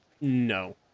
no